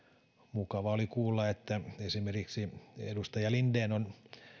mukava oli kuulla että esimerkiksi edustaja linden on